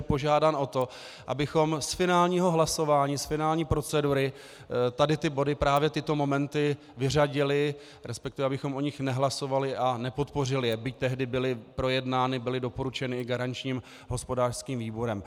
požádán o to, abychom z finálního hlasování, z finální procedury tady ty body, právě tyto momenty vyřadili, respektive abychom o nich nehlasovali a nepodpořili, byť tehdy byly projednány, byly doporučeny i garančním hospodářským výborem.